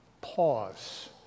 pause